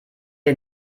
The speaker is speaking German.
ihr